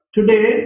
Today